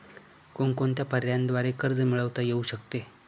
कोणकोणत्या पर्यायांद्वारे कर्ज मिळविता येऊ शकते?